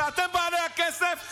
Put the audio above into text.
שאתם בעלי הכסף,